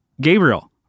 Gabriel